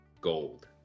gold